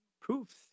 proofs